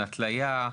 התליה,